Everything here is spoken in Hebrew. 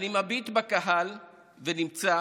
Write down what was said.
אני מביט בקהל ונמצא